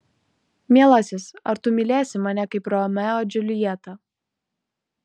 mielasis ar tu mylėsi mane kaip romeo džiuljetą